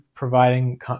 providing